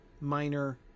minor